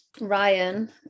Ryan